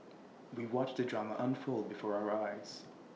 we watched the drama unfold before our eyes